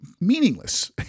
meaningless